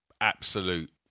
absolute